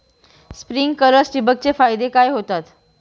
Sprinklers ठिबक चे फायदे काय होतात?